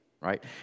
right